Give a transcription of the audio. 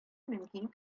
мөмкин